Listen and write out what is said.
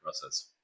process